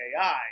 AI